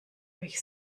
euch